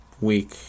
week